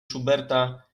schuberta